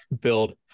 build